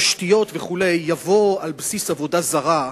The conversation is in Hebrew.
תשתיות וכו' יבוא על בסיס עבודה זרה,